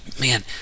man